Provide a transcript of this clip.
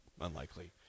unlikely